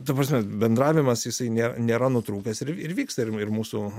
ta prasme bendravimas jisai nėra nėra nutrūkęs ir ir vyksta ir ir mūsų